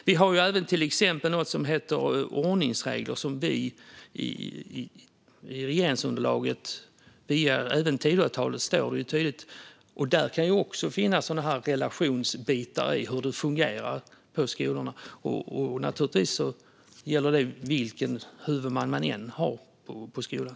Vi har även något som heter ordningsregler, som vi i regeringsunderlaget tydligt har med i Tidöavtalet. Där kan det också finnas relationsbitar när det gäller hur det fungerar på skolorna. Det gäller naturligtvis vilken huvudman man än har på skolan.